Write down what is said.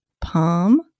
Palm